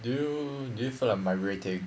do you do you feel like migrating